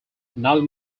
another